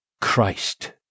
Christ